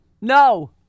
No